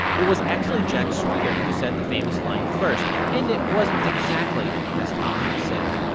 it was actually jack swigert who said the famous line first. and it wasn't exactly as tom hanks said it.